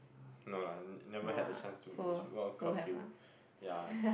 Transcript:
no lah never had a chance to it's because curfew ya